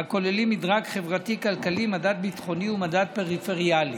מדרג חברתי-כלכלי, מדד ביטחוני ומדד פריפריאלי.